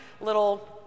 little